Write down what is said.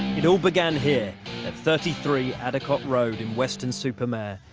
it all began here, at thirty three addicott road, in weston-super-mare,